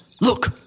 look